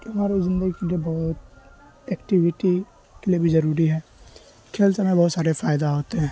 ہماری زندگی کے لیے بہت ایکٹیویٹی کے لیے بھی ضروری ہے کھیل سے ہمیں بہت سارے فائدہ ہوتے ہیں